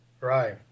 Right